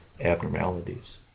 abnormalities